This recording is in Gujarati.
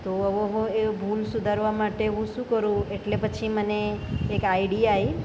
તો હવે એ ભૂલ સુધારવા માટે હું શું કરું એટલે પછી મને એક આઈડિયા આવ્યો